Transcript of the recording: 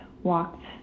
walked